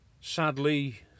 sadly